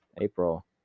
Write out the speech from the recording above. April